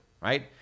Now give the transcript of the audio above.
right